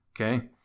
okay